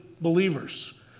believers